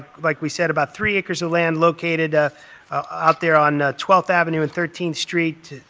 like we said, about three acres of land located ah out there on twelfth avenue and thirteenth street.